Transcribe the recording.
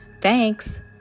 Thanks